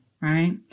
right